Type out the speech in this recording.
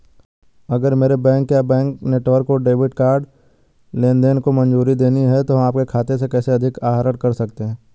अगर मेरे बैंक या बैंक नेटवर्क को डेबिट कार्ड लेनदेन को मंजूरी देनी है तो हम आपके खाते से कैसे अधिक आहरण कर सकते हैं?